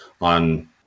on